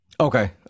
Okay